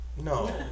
No